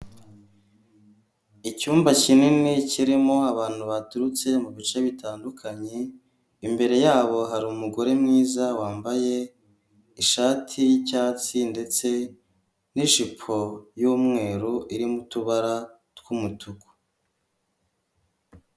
icyumba kinini kirimo abantu baturutse mu bice bitandukanye, imbere yabo hari umugore mwiza wambaye ishati y'icyatsi ndetse n'ijipo y'umweru irimo utubara tw'umutuku.